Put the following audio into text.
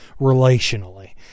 relationally